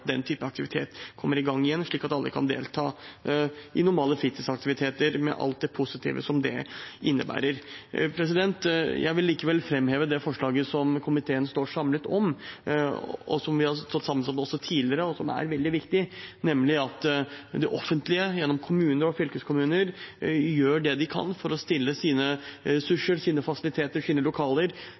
den type aktivitet kommer i gang igjen, slik at alle kan delta i normale fritidsaktiviteter, med alt det positive som det innebærer. Jeg vil likevel framheve det forslaget som komiteen står samlet om, og som vi har stått sammen om også tidligere, og som er veldig viktig, nemlig at det offentlige gjennom kommuner og fylkeskommuner gjør det de kan for å stille sine ressurser, sine fasiliteter og sine lokaler